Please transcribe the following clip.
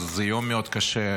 זה יום מאוד קשה.